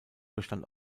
bestand